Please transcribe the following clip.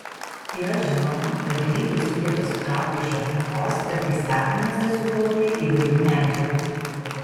yra žinoma kad grybai sugeba sutraukti iš aplinkos ir vaisiakūniuose sukaupti įvairių medžiagų